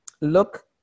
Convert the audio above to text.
look